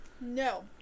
No